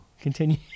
continue